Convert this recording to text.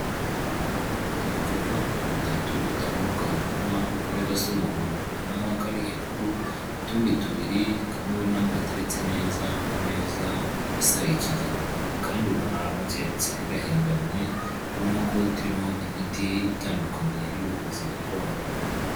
Uducupa dutatu dutandukanye ubona kamwe gasa umuhondo, ubona nk'akari hejuru, utundi tubiri kamwe ubona ko gateretse neza ku meza isa ikigina, akandi ubona gateretse gahengamye, ubona ko turimo imiti itandukanye y'ubuvuzi gakondo.